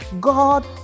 God